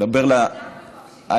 דבר, אנחנו מקשיבים.